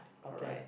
okay